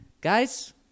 guys